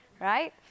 right